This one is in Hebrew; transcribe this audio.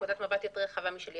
נקודת מבט רחבה יותר משלי.